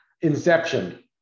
Inception